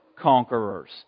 conquerors